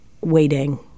waiting